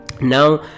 Now